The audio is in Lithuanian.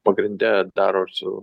pagrinde daro su